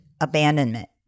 abandonment